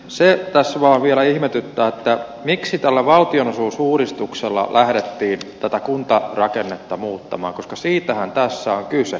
se tässä vaan vielä ihmetyttää miksi tällä valtionosuusuudistuksella lähdettiin tätä kuntarakennetta muuttamaan koska siitähän tässä on kyse